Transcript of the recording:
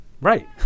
Right